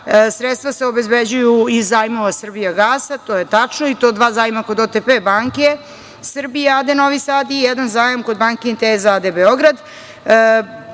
sredstva se obezbeđuju iz zajmova „Srbijagasa“, to je tačno, i to dva zajma kod OTP banke Srbija a.d. Novi Sad i jedan zajam kod banke „Inteza“ a.d. Beograd.